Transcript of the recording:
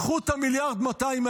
קחו את 1.2 מיליארד האלה,